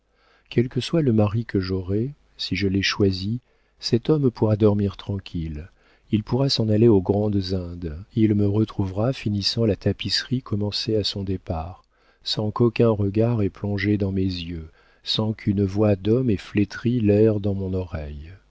quel que soit le mari que j'aurai si je l'ai choisi cet homme pourra dormir tranquille il pourra s'en aller aux grandes indes il me retrouvera finissant la tapisserie commencée à son départ sans qu'aucun regard ait plongé dans mes yeux sans qu'une voix d'homme ait flétri l'air dans mon oreille